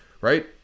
right